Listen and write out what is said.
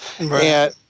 Right